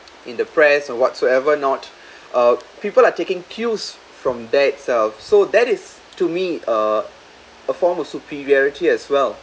in the press or whatsoever not uh people are taking cues from there itself so that is to me uh a form of superiority as well